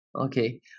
okay